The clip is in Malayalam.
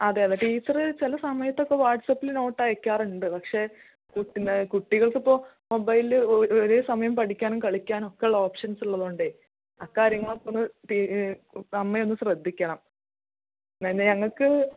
അതെ അതെ ടീച്ചറ് ചില സമയത്തൊക്കെ വാട്സ്പ്പിൽ നോട്ട് ആയക്കാറുണ്ട് പക്ഷേ പിന്നെ കുട്ടികൾക്ക് ഇപ്പം മൊബൈല് ഒരേ സമയം പഠിക്കാനും കളിക്കാനും ഒക്കെയുള്ള ഓപ്ഷൻസുള്ളത് കൊണ്ടേ ആ കാര്യങ്ങളൊക്കെ ഒന്ന് അമ്മ ഒന്ന് ശ്രദ്ധിക്കണം പിന്നെ ഞങ്ങൾക്ക്